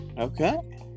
Okay